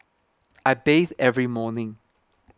I bathe every morning